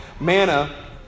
manna